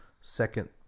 second